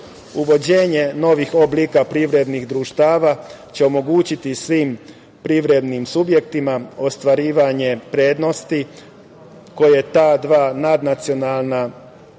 EU.Uvođenjem novih oblika privrednih društava će omogućiti svim privrednim subjektima ostvarivanje prednosti koje ta dva nadnacionalna oblika